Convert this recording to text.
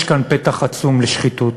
יש כאן פתח עצום לשחיתות.